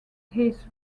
his